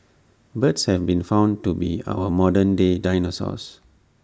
birds have been found to be our modern day dinosaurs